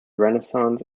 renaissance